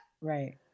Right